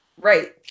Right